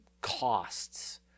costs